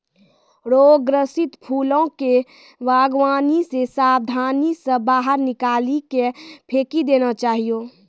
रोग ग्रसित फूलो के वागवानी से साबधानी से बाहर निकाली के फेकी देना चाहियो